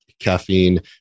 caffeine